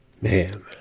Man